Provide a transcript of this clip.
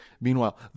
Meanwhile